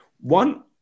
one